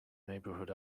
neighbourhood